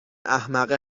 احمقه